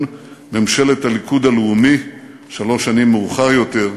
ממשלת הליכוד הלאומי שלוש שנים מאוחר יותר,